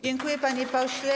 Dziękuję, panie pośle.